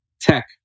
tech